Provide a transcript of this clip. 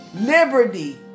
liberty